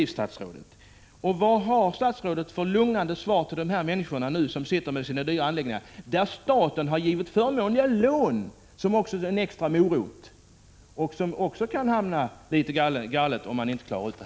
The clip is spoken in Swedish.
Vad har statsrådet för lugnande besked att ge de människor som nu sitter med sina dyra anläggningar, som staten har givit förmånliga lån till som en extra morot? Det kan gå galet om denna fråga inte klaras ut.